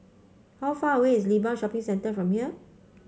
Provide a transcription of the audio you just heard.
how far away is Limbang Shopping Centre from here